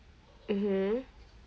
mmhmm